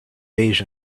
beige